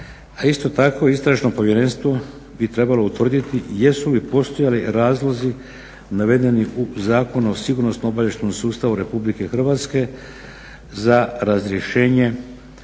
a isto tako istražno povjerenstvo bi trebalo utvrditi jesu li postojali razlozi navedeni u Zakonu o sigurnosno-obavještajnom sustavu RH za razrješenje